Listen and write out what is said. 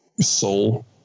soul